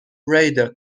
radar